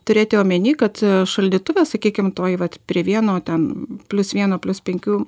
turėti omeny kad šaldytuve sakykim toj vat prie vieno ten plius vieno plius penkių